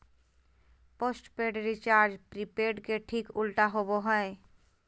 postpaid recharge prepaid के ठीक उल्टा होबो हइ